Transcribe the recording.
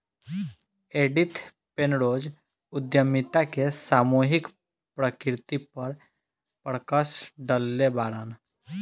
Edith Penrose उद्यमिता के सामूहिक प्रकृति पर प्रकश डलले बाड़न